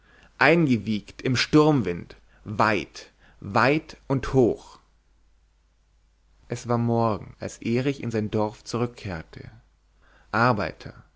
eingewiegt im sturmwind weit weit und hoch es war morgen als erich in sein dorf zurückkehrte arbeiter